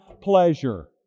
pleasure